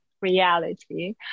reality